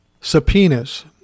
subpoenas